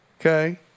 Okay